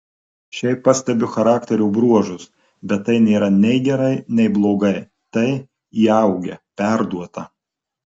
šiaip pastebiu charakterio bruožus bet tai nėra nei gerai nei blogai tai įaugę perduota